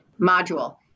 module